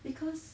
because